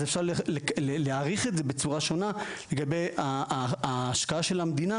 אז אפשר להעריך את זה בצורה שונה לגבי ההשכלה של המדינה,